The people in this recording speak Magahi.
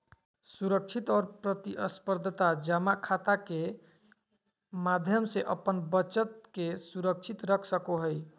सुरक्षित और प्रतिस्परधा जमा खाता के माध्यम से अपन बचत के सुरक्षित रख सको हइ